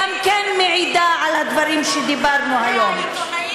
גם כן מעידה על הדברים שדיברנו היום.